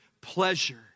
pleasure